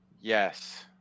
yes